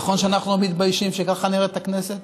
נכון שאנחנו מתביישים שככה נראית הכנסת?